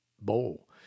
bowl